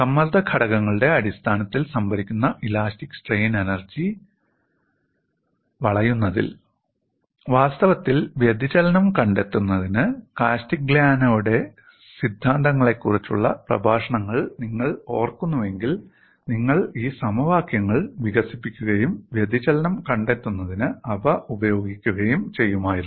സമ്മർദ്ദ ഘടകങ്ങളുടെ അടിസ്ഥാനത്തിൽ സംഭരിക്കുന്ന ഇലാസ്റ്റിക് സ്ട്രെയിൻ എനർജി വളയുന്നതിൽ വാസ്തവത്തിൽ വ്യതിചലനം കണ്ടെത്തുന്നതിന് കാസ്റ്റിഗ്ലിയാനോയുടെ സിദ്ധാന്തത്തെക്കുറിച്ചുള്ള പ്രഭാഷണങ്ങൾ നിങ്ങൾ ഓർക്കുന്നുവെങ്കിൽ നിങ്ങൾ ഈ സമവാക്യങ്ങൾ വികസിപ്പിക്കുകയും വ്യതിചലനം കണ്ടെത്തുന്നതിന് അവ ഉപയോഗിക്കുകയും ചെയ്യുമായിരുന്നു